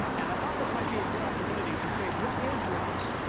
and i thought this might be a good opportunity to say, what is linux?